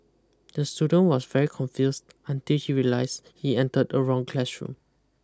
the student was very confused until he realised he entered the wrong classroom